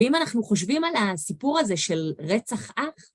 אם אנחנו חושבים על הסיפור הזה של רצח אח,